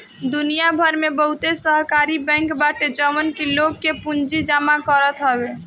दुनिया भर में बहुते सहकारी बैंक बाटे जवन की लोग के पूंजी जमा करत हवे